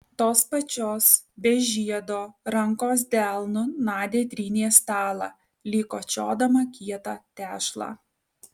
tos pačios be žiedo rankos delnu nadia trynė stalą lyg kočiodama kietą tešlą